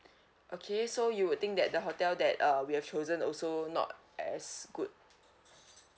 okay so you would think that the hotel that uh we have chosen also not as good